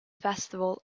festival